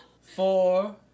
four